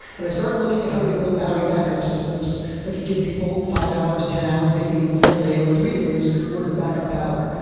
and i started looking at how we could build battery backup systems that could give people five hours, ten hours, maybe even a full day, or three days' worth of backup power.